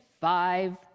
five